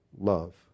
love